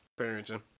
parenting